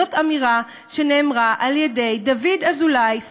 זאת אמירה שנאמרה על-ידי דוד אזולאי,